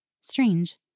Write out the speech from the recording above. Strange